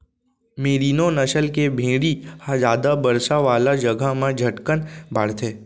मेरिनों नसल के भेड़ी ह जादा बरसा वाला जघा म झटकन बाढ़थे